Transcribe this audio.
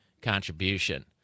contribution